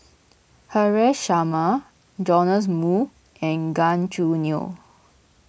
Haresh Sharma Joash Moo and Gan Choo Neo